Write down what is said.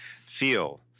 feel